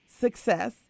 success